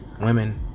women